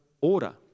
order